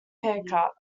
haircut